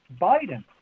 Biden